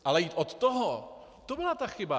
Ale jít od toho, to byla ta chyba.